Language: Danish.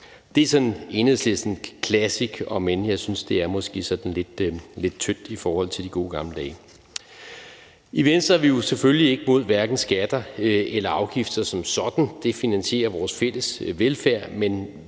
Det er Enhedslisten classic, om end jeg synes, at det måske er sådan lidt tyndt i forhold til de gode gamle dage. I Venstre er vi jo selvfølgelig ikke mod hverkenskatter eller afgifter som sådan. Det finansierer vores fælles velfærd.